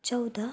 चौध